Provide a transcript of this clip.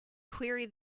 query